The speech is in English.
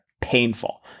painful